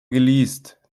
geleast